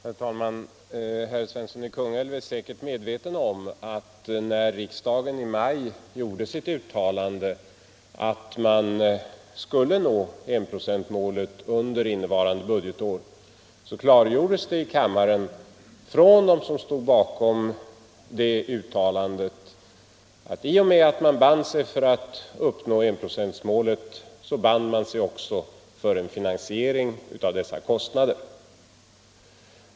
Herr talman! Herr Svensson i Kungälv är säkert medveten om att när riksdagen i maj uttalade att man skulle nå enprocentsmålet under innevarande år, så klargjordes det i kammaren från dem som stod bakom det uttalandet att i och med att man band sig för att uppnå enprocentsmålet band man sig också för en finansiering av dessa kostnader.